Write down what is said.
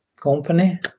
Company